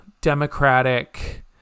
democratic